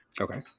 Okay